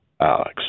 Alex